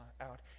out